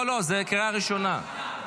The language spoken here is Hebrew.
--- זו קריאה ראשונה.